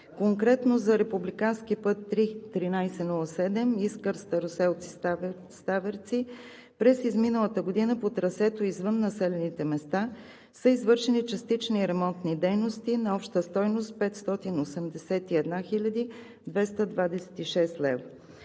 път III-1307 Искър – Староселци – Ставерци през изминалата година по трасето извън населените места са извършени частични ремонтни дейности на обща стойност 581 хил.